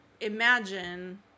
imagine